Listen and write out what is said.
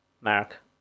Mark